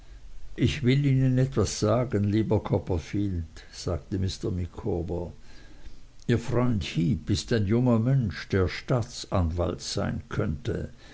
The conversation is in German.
ich will ihnen etwas sagen lieber copperfield sagte mr micawber ihr freund heep ist ein junger mensch der staatsanwalt sein könnte